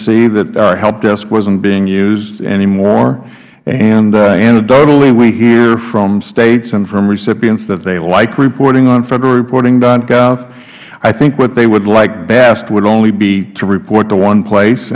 see that our help desk wasn't being used anymore and anecdotally we hear from states and from recipients that they like reporting on federalreporting gov i think what they would like best would only be to report to one place